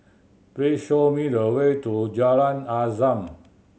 please show me the way to Jalan Azam